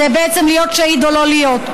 זה בעצם להיות שהיד או לא להיות.